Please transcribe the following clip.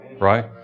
right